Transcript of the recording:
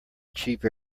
cheap